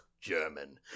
German